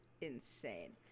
Insane